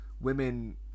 women